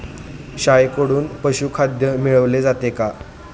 शेळ्यांकडून पशुखाद्य मिळवले जाते का?